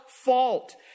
fault